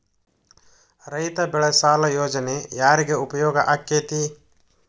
ರೈತ ಬೆಳೆ ಸಾಲ ಯೋಜನೆ ಯಾರಿಗೆ ಉಪಯೋಗ ಆಕ್ಕೆತಿ?